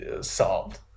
solved